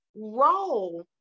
role